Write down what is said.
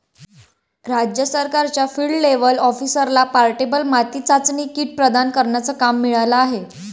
राज्य सरकारच्या field level ऑफिसरला पोर्टेबल माती चाचणी किट प्रदान करण्याचा काम मिळाला आहे